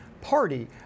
party